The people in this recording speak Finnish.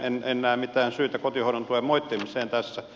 en näe mitään syytä kotihoidon tuen moittimiseen tässä